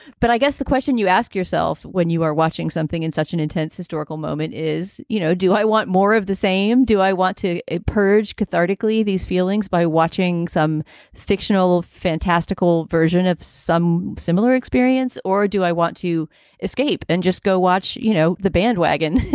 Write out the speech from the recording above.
but i guess the question you ask yourself when you are watching something in such an intense historical moment is, you know, do i want more of the same? do i want to purge cathartic lee, these feelings by watching some fictional fantastical version of some similar experience? or do i want to escape and just go watch, you know, the bandwagon,